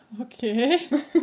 Okay